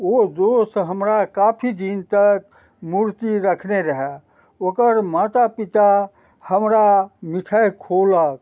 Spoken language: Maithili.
ओ दोस हमरा काफी दिन तक मूर्ति रखने रहय ओकर माता पिता हमरा मिठाइ खुओलक